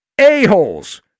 a-holes